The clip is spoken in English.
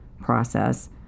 process